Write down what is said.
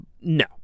No